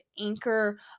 anchor